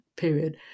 period